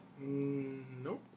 Nope